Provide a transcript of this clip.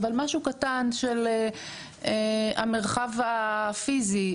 אבל משהו קטן של המרחב הפיזי.